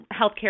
healthcare